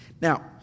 Now